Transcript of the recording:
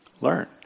learn